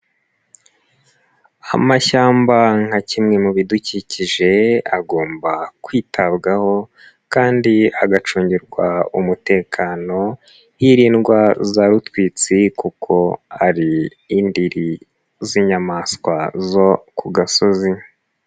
Amashyamba nka kimwe mu bidukikije agomba kwitabwaho kandi agacungirwa umutekano hiridwara za rutwitsi kuko ari indiri z'inyamaswa zo ku gasozi.